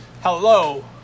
Hello